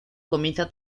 comienza